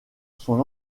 son